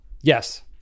yes